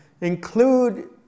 include